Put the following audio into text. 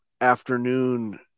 afternoon